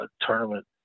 tournament